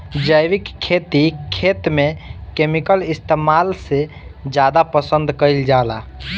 जैविक खेती खेत में केमिकल इस्तेमाल से ज्यादा पसंद कईल जाला